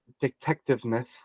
detectiveness